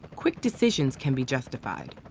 quick decisions can be justified.